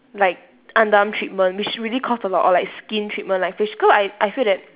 like underarm treatment which really cost a lot or like skin treatment like face cause I I feel that